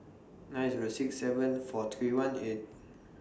nine Zero six seven four three one eight